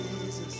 Jesus